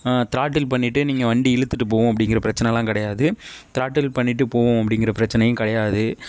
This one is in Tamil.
த்ராட்டில் பண்ணிகிட்டே நீங்கள் வண்டி இழுத்துகிட்டு போகும் அப்படிங்கற பிரச்சனை எல்லாம் கிடையாது த்ராட்டில் பண்ணிகிட்டே போகும் அப்படிங்கற பிரச்சனையும் கிடையாது